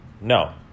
No